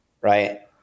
right